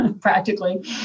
practically